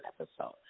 episode